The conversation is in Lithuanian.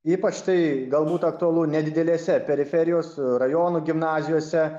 ypač tai galbūt aktualu nedidelėse periferijos rajonų gimnazijose